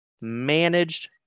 managed